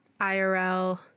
IRL